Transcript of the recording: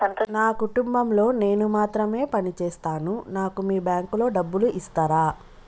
నా కుటుంబం లో నేను మాత్రమే పని చేస్తాను నాకు మీ బ్యాంకు లో డబ్బులు ఇస్తరా?